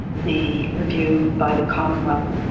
the review by the commonwealth,